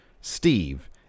Steve